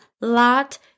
lot